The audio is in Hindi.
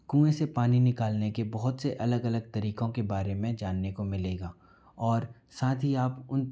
कुएं से पानी निकालने के बहुत से अलग अलग तरीकों के बारे में जानने को मिलेगा और साथ ही आप उन